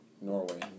Norway